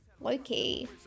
Loki